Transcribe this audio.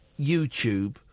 YouTube